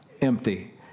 empty